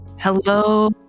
Hello